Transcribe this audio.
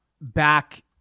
back